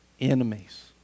Enemies